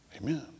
amen